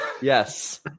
Yes